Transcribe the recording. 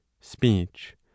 speech